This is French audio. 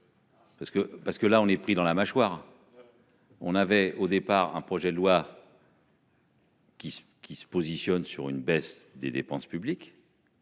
parce que là on est pris dans la mâchoire.-- On avait au départ un projet de loi.-- Qui se qui se positionne sur une baisse des dépenses publiques.--